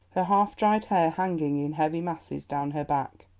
her half-dried hair hanging in heavy masses down her back.